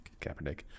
Kaepernick